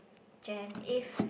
Jen if